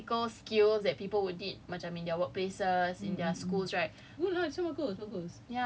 not hands-on macam very practical skills that people would need macam in their workplaces in their school right